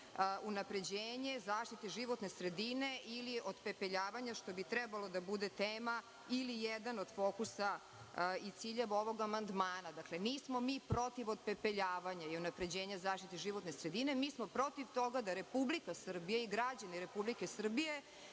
unapređenje zaštite životne sredine ili otpepeljavanje, što bi trebalo da bude tema ili jedan od fokusa i cilja ovog amandmana. Dakle, nismo mi protiv otpepeljavanja i unapređenja zaštite životne sredine, mi smo protiv toga da Republika Srbija i građani Republike Srbije